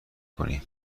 کنی